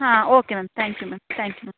ಹಾಂ okay ma'am thank you ma'am thank you ma'am